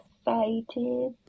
excited